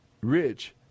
rich